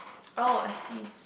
oh I see